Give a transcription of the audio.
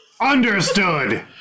Understood